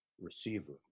receiver